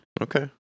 Okay